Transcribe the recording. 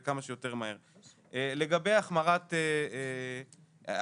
כמה תביעות הוגשו נגד צוותים רפואיים או אפילו על הדסה,